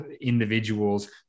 individuals